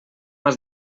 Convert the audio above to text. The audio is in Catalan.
has